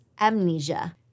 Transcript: amnesia